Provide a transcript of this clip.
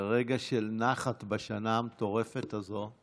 רגע של נחת בשנה המטורפת הזו.